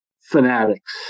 Fanatics